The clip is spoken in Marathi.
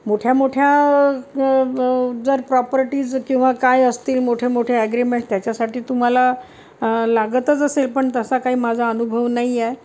मोठ्या मोठ्या जर प्रॉपर्टीज किंवा काय असतील मोठे मोठे ॲग्रीमेंट त्याच्यासाठी तुम्हाला लागतच असेल पण तसा काही माझा अनुभव नाही आहे